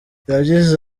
yagize